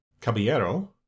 Caballero